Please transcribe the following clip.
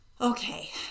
Okay